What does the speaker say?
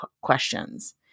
questions